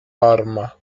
parma